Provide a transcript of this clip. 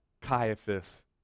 Caiaphas